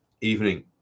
evening